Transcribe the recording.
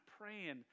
praying